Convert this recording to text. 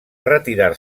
retirar